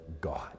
God